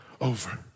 over